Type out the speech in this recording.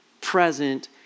present